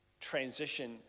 transition